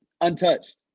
untouched